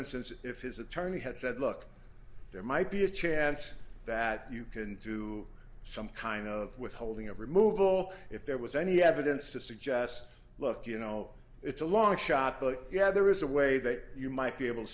instance if his attorney had said look there might be a chance that you can do some kind of withholding of removal if there was any evidence to suggest look you know it's a long shot but yeah there is a way that you might be able to